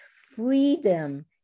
freedom